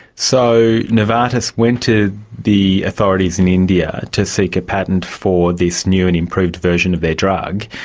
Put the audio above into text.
so novartis went to the authorities in india to seek a patent for this new and improved version of their drug.